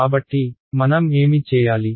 కాబట్టి మనం ఏమి చేయాలి